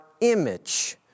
image